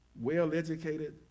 well-educated